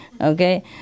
okay